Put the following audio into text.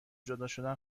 جداشدن